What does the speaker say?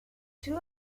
two